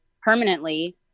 permanently